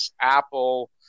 Apple